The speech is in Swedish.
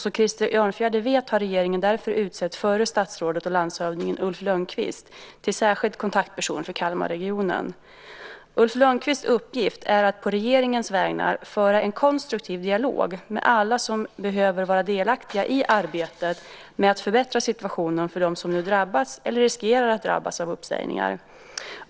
Som Krister Örnfjäder vet har regeringen därför utsett förra statsrådet och landshövdingen Ulf Lönnquist till särskild kontaktperson för Kalmarregionen. Ulf Lönnquists uppgift är att å regeringens vägnar föra en konstruktiv dialog med alla som behöver vara delaktiga i arbetet med att förbättra situationen för dem som nu drabbas eller riskerar att drabbas av uppsägningar.